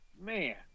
man